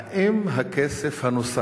האם הכסף הנוסף,